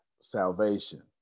salvation